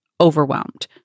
overwhelmed